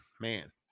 man